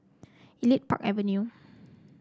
Elite Park Avenue